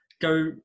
go